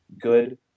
good